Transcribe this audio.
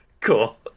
cool